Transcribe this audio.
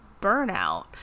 burnout